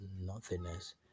nothingness